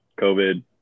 COVID